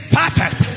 perfect